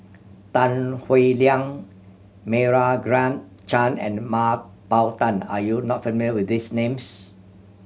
Tan Howe Liang Meira Chand and Mah Bow Tan are you not familiar with these names